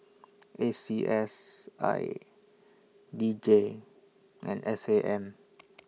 A C S I D J and S A M